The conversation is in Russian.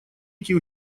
эти